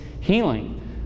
healing